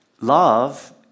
Love